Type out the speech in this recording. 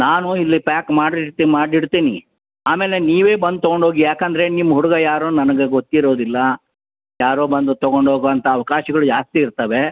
ನಾನು ಇಲ್ಲಿ ಪ್ಯಾಕ್ ಮಾಡಿ ಇಟ್ಟು ಮಾಡಿ ಇಡ್ತೀನಿ ಆಮೇಲೆ ನೀವೇ ಬಂದು ತೊಗೊಂಡು ಹೋಗಿ ಯಾಕೆಂದ್ರೆ ನಿಮ್ಮ ಹುಡುಗ ಯಾರೋ ನನಗೆ ಗೊತ್ತಿರೋದಿಲ್ಲ ಯಾರೋ ಬಂದು ತಕೊಂಡು ಹೋಗುವಂತ ಅವಕಾಶಗಳು ಜಾಸ್ತಿ ಇರ್ತವೆ